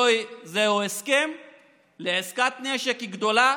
זה הוא הסכם לעסקת נשק גדולה,